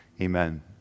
Amen